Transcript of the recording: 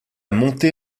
montée